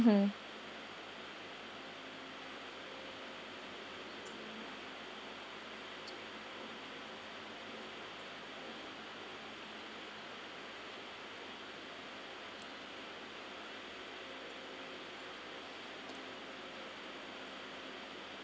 hmm